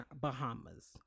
Bahamas